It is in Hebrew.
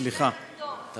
אני